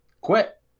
quit